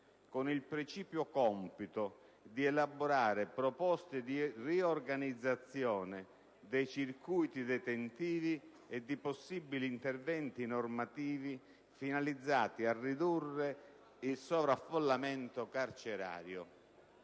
con il precipuo compito di elaborare proposte di riorganizzazione dei circuiti detentivi e di possibili interventi normativi finalizzati a ridurre il sovraffollamento carcerario".